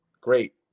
Great